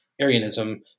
Arianism